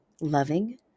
loving